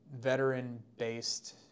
veteran-based